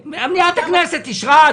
בסדר, מליאת הכנסת אישרה.